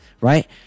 right